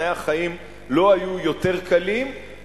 תנאי החיים לא היו יותר קלים,